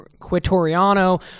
Quatoriano